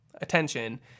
attention